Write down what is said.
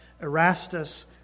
Erastus